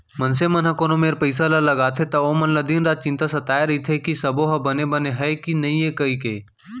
मनसे मन ह कोनो मेर पइसा ल लगाथे त ओमन ल दिन रात चिंता सताय रइथे कि सबो ह बने बने हय कि नइए कइके